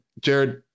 Jared